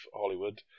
Hollywood